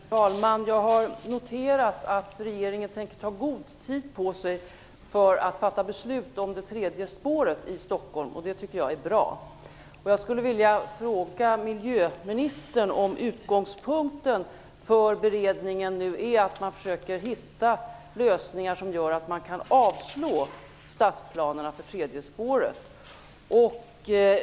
Herr talman! Jag har noterat att regeringen tänker ta god tid på sig för att fatta beslut om det tredje spåret i Stockholm, och det tycker jag är bra. Jag skulle vilja fråga miljöministern om utgångspunkten för beredningen nu är att man försöker hitta lösningar som gör att man kan avslå stadsplanerna för tredje spåret.